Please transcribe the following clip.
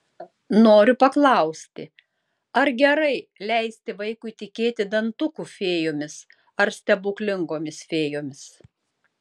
noriu paklausti ar gerai leisti vaikui tikėti dantukų fėjomis ar stebuklingomis fėjomis